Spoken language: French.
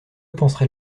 penserait